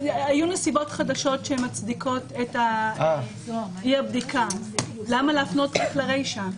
היו נסיבות חדשות שמצדיקות את אי-הבדיקה למה להפנות אל הרישא?